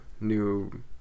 new